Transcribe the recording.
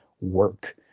work